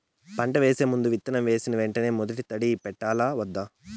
పంట వేసే ముందు, విత్తనం వేసిన వెంటనే మొదటి తడి పెట్టాలా వద్దా?